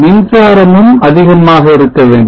மின்சாரமும் அதிகமாக இருக்க வேண்டும்